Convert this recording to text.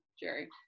Jerry